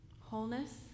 Wholeness